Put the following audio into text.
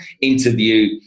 interview